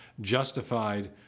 justified